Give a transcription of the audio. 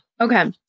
Okay